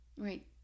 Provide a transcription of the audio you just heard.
right